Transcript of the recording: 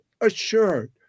assured